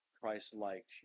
Christ-like